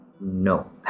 No